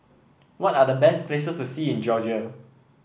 what are the best places to see in Georgia